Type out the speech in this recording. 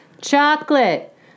Chocolate